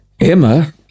Emma